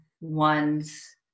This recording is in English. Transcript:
one's